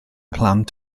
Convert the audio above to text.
plant